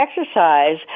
exercise